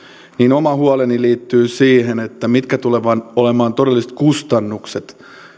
oma huoleni liittyy siihen mitkä tulevat olemaan todelliset kustannukset